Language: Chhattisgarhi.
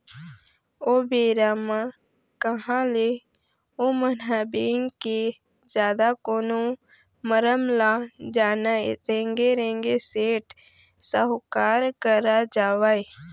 ओ बेरा म कहाँ ले ओमन ह बेंक के जादा कोनो मरम ल जानय रेंगे रेंगे सेठ साहूकार करा जावय